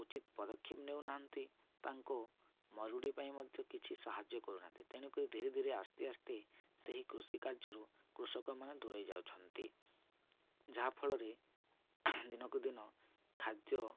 ଉଚିତ ପଦକ୍ଷେପ ନେଉ ନାହାନ୍ତି ତାଙ୍କ ମରୁଡ଼ି ପାଇଁ ମଧ୍ୟ କିଛି ସାହାଯ୍ୟ କରୁନାହାନ୍ତି ତେଣୁ କରି ଧୀରେ ଧୀରେ ଆସ୍ତେ ଆସ୍ତେ ସେହି କୃଷି କାର୍ଯ୍ୟରୁ କୃଷକମାନେ ଦୂରେଇ ଯାଉଛନ୍ତି ଯାହାଫଳରେ ଦିନକୁ ଦିନ ଖାଦ୍ୟ